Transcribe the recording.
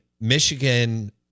Michigan